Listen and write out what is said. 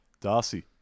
Darcy